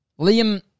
Liam